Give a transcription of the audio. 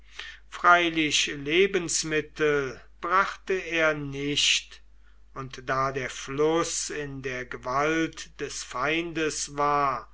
freilich lebensmittel brachte er nicht und da der fluß in der gewalt des feindes war